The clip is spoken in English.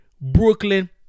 brooklyn